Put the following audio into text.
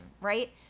right